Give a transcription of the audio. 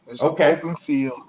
okay